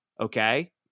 Okay